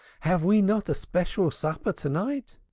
have we not a special supper to-night?